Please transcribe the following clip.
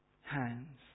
hands